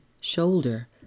shoulder